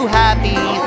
happy